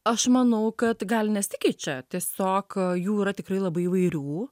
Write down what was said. aš manau kad gali nesikeičia tiesiog jų yra tikrai labai įvairių